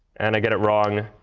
and i get it wrong,